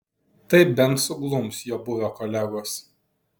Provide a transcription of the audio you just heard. tai bent suglums jo buvę kolegos